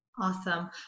Awesome